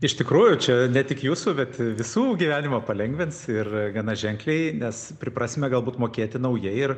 iš tikrųjų čia ne tik jūsų bet visų gyvenimą palengvins ir gana ženkliai nes priprasime galbūt mokėti naujai ir